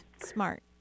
smart